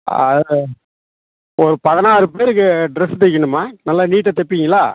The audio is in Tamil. ஒரு பதினாறு பிள்ளைகளுக்கு ட்ரெஸ்ஸு தைக்கணும்மா நல்லா நீட்டாக தைப்பீங்களா